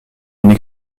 une